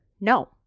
No